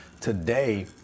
Today